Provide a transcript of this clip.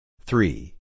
three